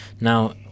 Now